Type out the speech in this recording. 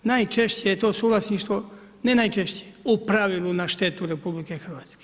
Najčešće je to suvlasništvo, ne najčešće, u pravilu na štetu RH.